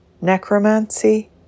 necromancy